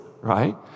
right